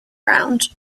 round